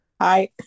Hi